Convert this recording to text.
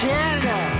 Canada